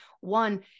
one